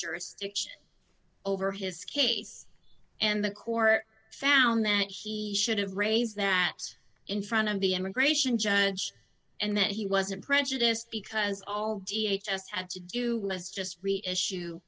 jurisdiction over his case and the court found that he should have raised that in front of the immigration judge and that he wasn't prejudiced because all th us had to do was just reissue